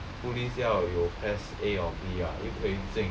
police 要有 PES A or B ah 又不可以进